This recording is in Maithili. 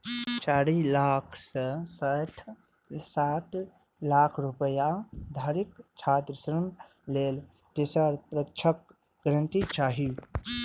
चारि लाख सं साढ़े सात लाख रुपैया धरिक छात्र ऋण लेल तेसर पक्षक गारंटी चाही